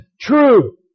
true